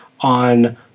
on